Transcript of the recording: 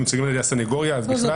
ואם הם מיוצגים על ידי הסנגוריה אז בכלל.